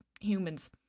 humans